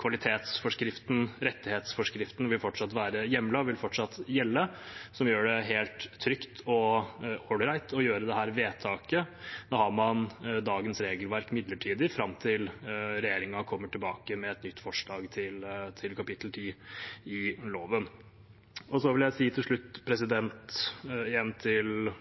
Kvalitetsforskriften og rettighetsforskriften vil fortsatt være hjemlet og fortsatt gjelde, noe som gjør det helt trygt og all right å gjøre dette vedtaket. Nå har man dagens regelverk midlertidig fram til regjeringen kommer tilbake med et nytt forslag til kapittel 10 i loven. Til slutt vil jeg si, igjen til